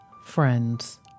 Friends